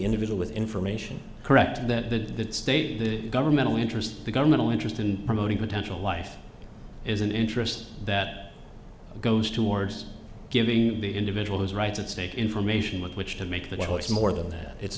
individual with information correct that the state the governmental interest the governmental interest in promoting potential life is an interest that goes towards giving the individual who's rights at stake information with which to make the choice more than that it's